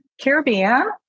Caribbean